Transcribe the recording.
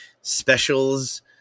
specials